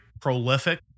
prolific